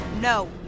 No